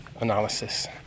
analysis